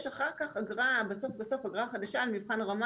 יש אחר כך אגרה, בסוף בסוף אגרה חדשה על מבחן רמה.